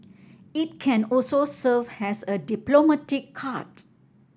it can also serve as a diplomatic card